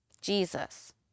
Jesus